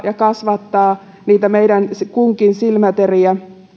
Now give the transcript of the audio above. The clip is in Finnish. ja kasvattavat niitä meidän kunkin silmäteriä